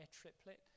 triplet